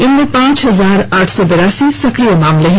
इनमें पांच हजार आठ सौ बेरासी सक्रिय कोस हैं